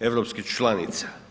europskih članica.